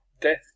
death